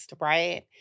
right